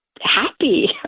happy